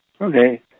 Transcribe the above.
Okay